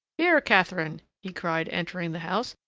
here, catherine, he cried, entering the house,